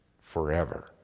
forever